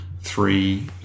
three